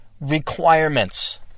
requirements